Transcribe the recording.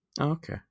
Okay